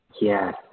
Yes